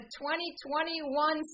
2021